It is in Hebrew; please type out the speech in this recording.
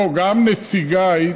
גם נציגיי,